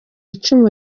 icumu